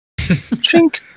Chink